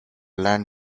land